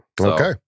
Okay